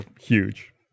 huge